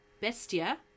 bestia